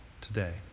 today